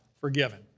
forgiven